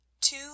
Two